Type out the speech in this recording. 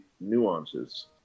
nuances